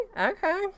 Okay